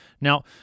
Now